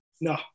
No